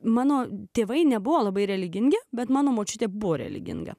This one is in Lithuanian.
mano tėvai nebuvo labai religingi bet mano močiutė buvo religinga